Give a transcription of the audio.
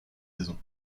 saison